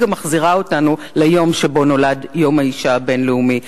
היא גם מחזירה אותנו ליום שבו נולד יום האשה הבין-לאומי,